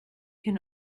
can